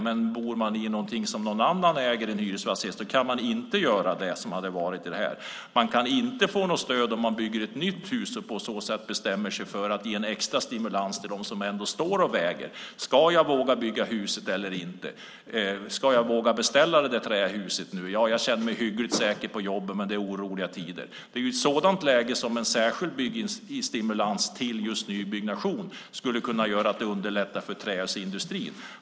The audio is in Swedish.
Men om man bor i en hyresfastighet som någon annan äger kan man inte göra det. Man kan inte få något stöd om man bygger ett nytt hus. Det ges inte någon extra stimulans till dem som ändå står och överväger när det gäller om de ska våga bygga ett hus eller inte, om de ska våga beställa ett trähus. De känner sig kanske hyggligt säkra på jobbet, men det är oroliga tider. Det är i ett sådant läge som en särskild byggstimulans till just nybyggnation skulle kunna underlätta för trähusindustrin.